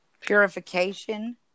purification